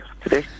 today